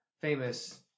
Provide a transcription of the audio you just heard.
Famous